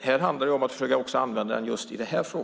Här handlar det om att vi ska försöka använda vår röst,